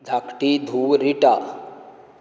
धाकटी धूव रिटा